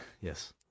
Yes